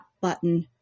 button